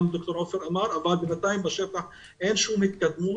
דוקטור עופר אמר אבל בינתיים בשטח אין שום התקדמות.